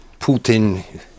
Putin